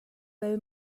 bal